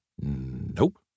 Nope